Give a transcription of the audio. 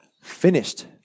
finished